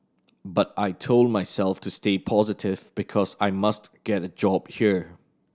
but I told myself to stay positive because I must get a job here